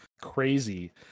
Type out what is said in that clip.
crazy